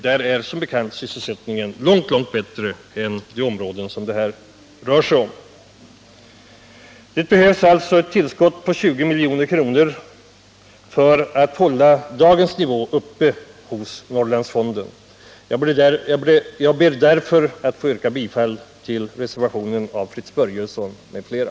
Där är som bekant sysselsättningen långt, långt bättre än i de områden som det här rör sig om. Det behövs alltså ett tillskott till Norriandsfonden på 20 milj.kr. för att hålla dagens verksamhetsnivå uppe. Jag ber därför att få yrka bifall till reservationen av Fritz Börjesson m.fl.